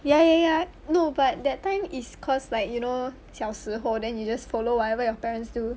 ya ya ya no no but that time it's cause like you know 小时候 then you just follow whatever your parents do